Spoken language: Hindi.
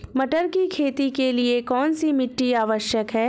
मटर की खेती के लिए कौन सी मिट्टी आवश्यक है?